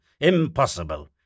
Impossible